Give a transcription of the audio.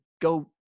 go